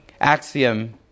axiom